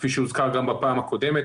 כפי שהוזכר גם בפעם הקודמת,